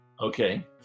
Okay